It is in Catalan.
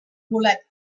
bolet